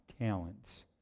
talents